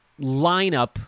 lineup